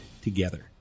together